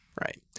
Right